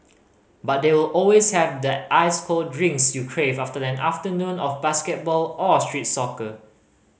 but they will always have that ice cold drinks you crave after an afternoon of basketball or street soccer